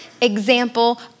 example